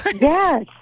Yes